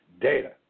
data